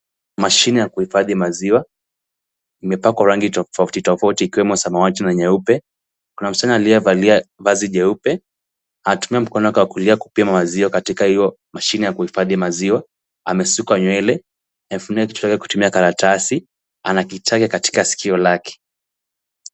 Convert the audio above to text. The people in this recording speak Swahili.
Mashine ya kuhifadhi maziwa, imepakwa rangi tofauti tofauti ikiwemo samawati na nyeupe, kuna msichana aliyevalia vazi jeupe, anatumia mkono wake wa kulia kupima maziwa katika hiyo mashine ya kuhifadhi maziwa, ameshukwa nywele, anapimia kutumia karatasi, ana kichage katika sikio lake.